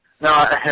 no